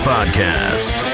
Podcast